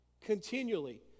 Continually